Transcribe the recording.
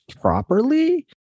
properly